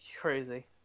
crazy